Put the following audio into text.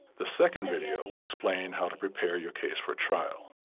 the second video will explain how to prepare your case for trial.